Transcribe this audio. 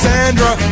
Sandra